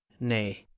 nay,